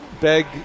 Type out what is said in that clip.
beg